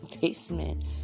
basement